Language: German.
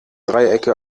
dreiecke